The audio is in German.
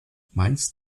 meinst